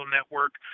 Network